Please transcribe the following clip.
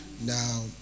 Now